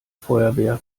feuerwehr